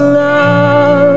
love